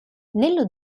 nello